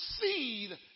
seed